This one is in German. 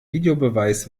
videobeweis